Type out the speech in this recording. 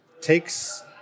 takes